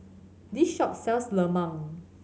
this shop sells lemang